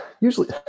Usually